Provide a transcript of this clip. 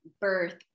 birth